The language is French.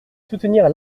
soutenir